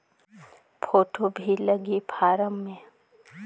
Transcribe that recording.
Photo भी लगी form मे?